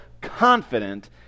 confident